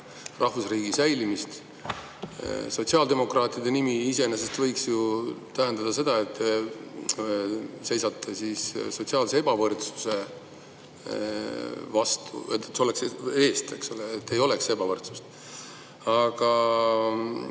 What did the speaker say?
rahvusriigi säilitamist. Sotsiaaldemokraatide nimi iseenesest võiks ju tähendada seda, et te seisate sotsiaalse ebavõrdsuse vastu, eks ole, et ei oleks ebavõrdsust.